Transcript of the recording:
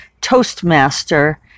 Toastmaster